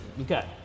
okay